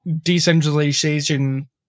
decentralization